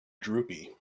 droopy